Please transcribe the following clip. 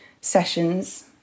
sessions